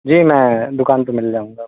जी मैं दुकान पर मिल जाऊँगा